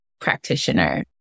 practitioner